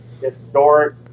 historic